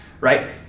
right